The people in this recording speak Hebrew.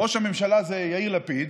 ראש הממשלה זה יאיר לפיד,